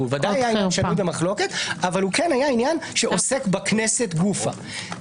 ובוודאי הוא שנוי במחלוקת אבל הוא כן היה עניין שעוסק בכנסת גופא.